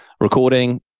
recording